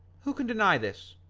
who can deny this?